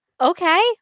okay